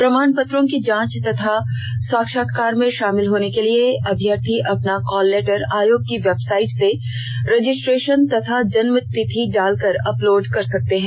प्रमाणपत्रों की जांच तथा साक्षात्कार में शामिल होने के लिए अभ्यर्थी अपना कॉल लेटर आयोग की वेबसाइट से रजिस्ट्रेशन तथा जन्मतिथि डालकर अपलोड कर सकते हैं